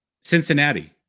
Cincinnati